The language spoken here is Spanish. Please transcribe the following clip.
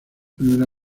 primera